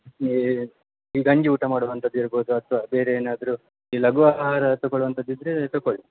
ಈ ಈ ಗಂಜಿ ಊಟ ಮಾಡುವಂಥದ್ ಇರ್ಬೋದು ಅಥ್ವ ಬೇರೆ ಏನಾದರೂ ಈ ಲಘು ಆಹಾರ ತಗೋಳುವಂಥದ್ ಇದ್ದರೆ ತಗೋಳಿ